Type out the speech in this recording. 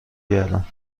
گردم